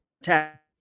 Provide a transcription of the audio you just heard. attack